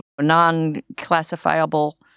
non-classifiable